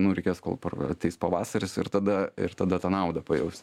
nu reikės kol par ateis pavasaris ir tada ir tada tą naudą pajausi